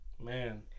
Man